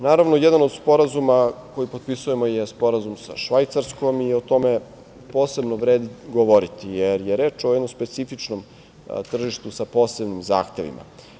Naravno, jedan od sporazuma koji potpisujemo je Sporazum sa Švajcarskom i o tome posebno vredi govoriti, jer je reč o jednom specifičnom tržištu sa posebnim zahtevima.